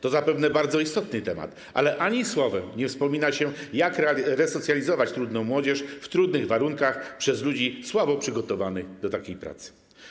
To zapewne bardzo istotny temat, ale ani słowem nie wspomina się, jak resocjalizować trudną młodzież w trudnych warunkach przez ludzi słabo przygotowanych do takiej pracy.